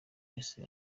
wese